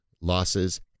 losses